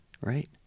right